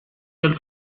del